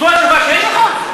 זו התשובה שיש לך?